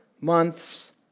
months